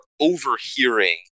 overhearing